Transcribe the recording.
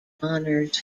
honors